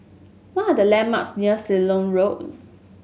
what are the landmarks near Ceylon Road